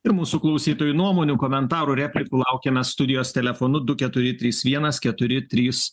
ir mūsų klausytojai nuomonių komentarų replikų laukiame studijos telefonu du keturi trys vienas keturi trys